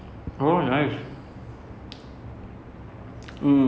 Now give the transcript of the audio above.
and they will ya it's damn nice so